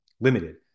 limited